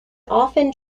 often